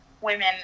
women